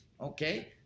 Okay